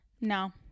no